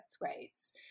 rates